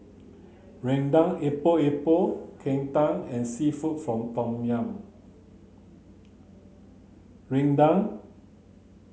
Rendang Epok Epok Kentang and seafood from tom yum Rendang